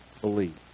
believe